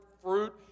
fruit